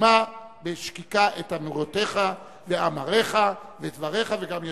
ישמע בשקיקה את אמירותיך ואמריך ודבריך, וגם ישיב.